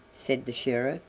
said the sheriff.